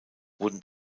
wurden